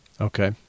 Okay